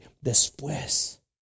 después